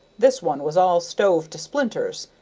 this one was all stove to splinters,